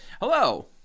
Hello